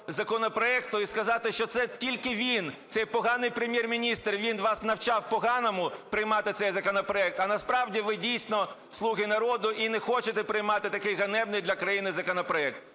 законопроекту, і сказати, що це тільки він, цей поганий Прем'єр-міністр, він вас навчав поганому приймати цей законопроект. А насправді ви, дійсно, "слуги народу" і не хочете приймати такий ганебний для країни законопроект.